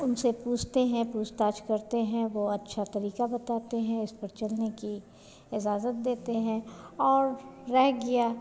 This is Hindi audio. उनसे पूछते हैं पूछताछ करते हैं वे अच्छा तरीक़ा बताते हैं उसपर चलने की इजाज़त देते हैं और रह गया